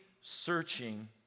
searching